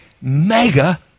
mega